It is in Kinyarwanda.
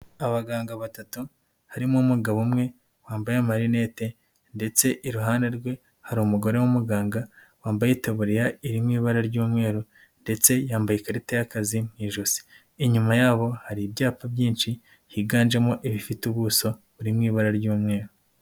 Abaganga batatu, harimo umugabo umwe, wambaye amarinete ndetse iruhande rwe hari umugore w'umuganga wambaye itaburiya iri mu ibara ry'umweru ndetse yambaye ikarita y'akazi mu ijosi. Inyuma yabo hari ibyapa byinshi higanjemo, ibifite ubuso buri mu ibara ry'umweru.